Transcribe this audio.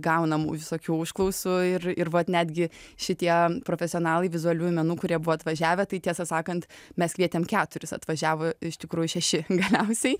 gaunamų visokių užklausų ir ir vat netgi šitie profesionalai vizualiųjų menų kurie buvo atvažiavę tai tiesą sakant mes kvietėm keturis atvažiavo iš tikrųjų šeši galiausiai